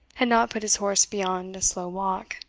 had not put his horse beyond a slow walk,